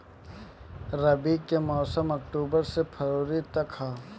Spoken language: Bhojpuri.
रबी के मौसम अक्टूबर से फ़रवरी तक ह